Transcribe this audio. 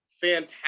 fantastic